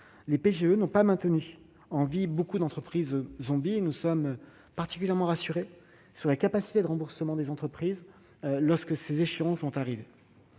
les PGE n'ont pas maintenu en vie beaucoup d'entreprises « zombies ». Je puis vous dire que nous sommes particulièrement rassurés sur la capacité de remboursement des entreprises lorsque les échéances vont arriver.